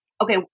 okay